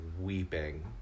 weeping